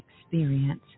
experience